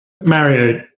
Mario